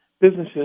businesses